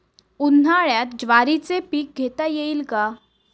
उन्हाळ्यात ज्वारीचे पीक घेता येईल का?